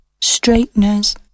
straighteners